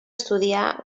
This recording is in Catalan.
estudiar